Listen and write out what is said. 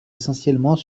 essentiellement